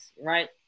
right